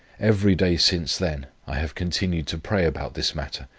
every day since then i have continued to pray about this matter,